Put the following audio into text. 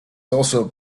also